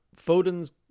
Foden's